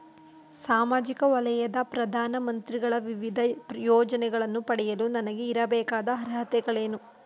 ಸಾಮಾಜಿಕ ವಲಯದ ಪ್ರಧಾನ ಮಂತ್ರಿಗಳ ವಿವಿಧ ಯೋಜನೆಗಳನ್ನು ಪಡೆಯಲು ನನಗೆ ಇರಬೇಕಾದ ಅರ್ಹತೆಗಳೇನು?